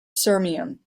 sirmium